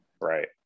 Right